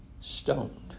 stoned